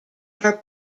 are